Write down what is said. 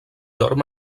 dorm